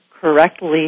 correctly